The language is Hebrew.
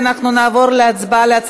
30 חברי כנסת בעד, 45 מתנגדים, אין נמנעים.